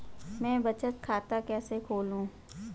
मैं बचत खाता कैसे खोलूं?